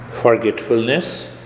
Forgetfulness